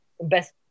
Best